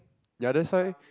yeah that's why